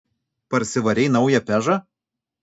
parsivarei naują pežą